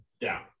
down